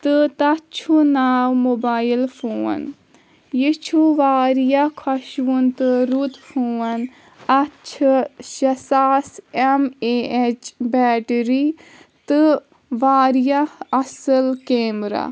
تہٕ تَتھ چھُ ناو موبایِل فون یہِ چھُ واریاہ خۄشوُن تہٕ رُت فون اَتھ چھِ شیےٚ ساس ایم اے اٮ۪چ بیٹری تہٕ واریاہ اصٕل کیمرا